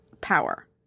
power